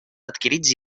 adquirits